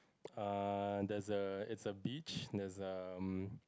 err there's a it's a beach there's um